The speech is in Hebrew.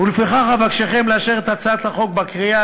ולפיכך אבקשכם לאשר את הצעת החוק בקריאה